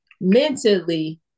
mentally